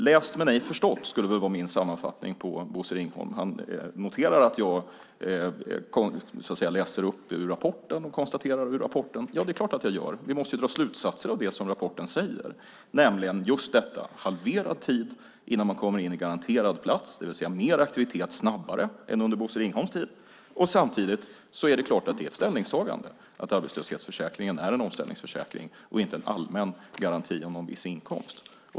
Läst men ej förstått, skulle vara min sammanfattning av Bosse Ringholm. Han noterar att jag läser ur rapporten. Det är klart att jag gör. Vi måste dra slutsatser av det som rapporten säger, nämligen halverad tid innan man kommer in i garanterad plats, det vill säga mer aktivitet snabbare än under Bosse Ringholms tid. Samtidigt är det ett ställningstagande att arbetslöshetsförsäkringen är en omställningsförsäkring och inte en allmän garanti om en viss inkomst.